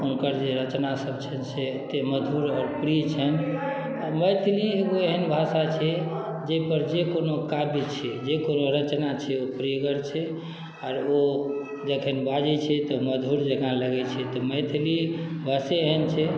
हुनकर जे रचनासब छनि से एतेक मधुर आओर प्रिय छनि मैथिली एगो एहन भाषा छै जाहिपर जे कोनो काव्य छिए जे कोनो रचना छिए ओ प्रियगर छै आओर ओ जखन बाजै छै तऽ मधुर जकाँ लगै छै तऽ मैथिली भाषे एहन छै